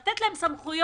לתת להם סמכויות